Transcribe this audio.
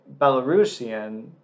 Belarusian